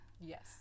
Yes